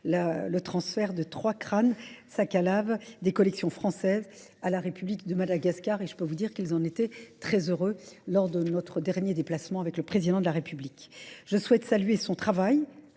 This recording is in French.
le transfert de trois crânes sac à lave des collections françaises à la République de Madagascar et je peux vous dire qu'ils en étaient très heureux lors de notre dernier déplacement avec le président de la République. Je souhaite saluer son travail